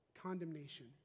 condemnation